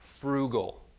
frugal